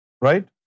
Right